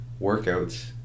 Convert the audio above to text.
workouts